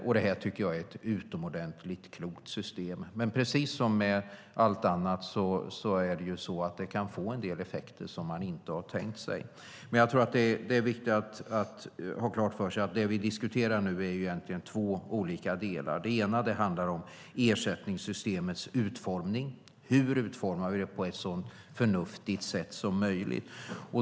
Jag tycker att det är ett utomordentligt klokt system, men precis som med allt annat kan det få en del effekter som man inte har tänkt sig. Jag tror att det är viktigt att ha klart för sig att det vi nu diskuterar egentligen är två olika delar. Det ena är ersättningssystemets utformning. Hur utformar vi det på ett så förnuftigt sätt som möjligt?